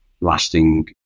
lasting